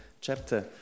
Chapter